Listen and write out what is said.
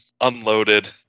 unloaded